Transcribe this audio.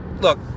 look